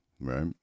right